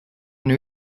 new